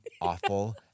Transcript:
awful